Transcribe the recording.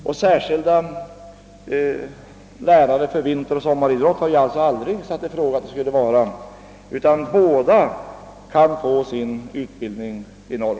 Några särskilda lärare för vinteroch sommaridrott har jag aldrig ifrågasatt, utan utbildningen på båda dessa idrottsområden kan bedrivas i Umeå.